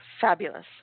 Fabulous